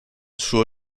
suo